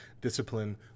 discipline